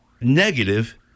negative